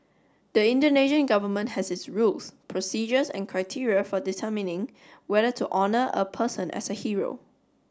the Indonesian Government has its rules procedures and criteria for determining whether to honor a person as a hero